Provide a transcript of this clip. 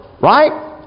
right